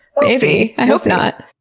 maybe. i hope not!